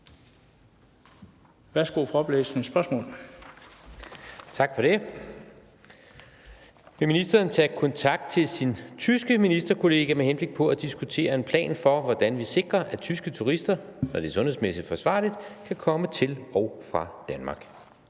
Eva Kjer Hansen (V)): Vil ministeren tage kontakt til sin tyske ministerkollega med henblik på at diskutere en plan for, hvordan vi sikrer, at tyske turister – når det er sundhedsmæssigt forsvarligt – kan komme til og fra Danmark?